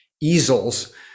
easels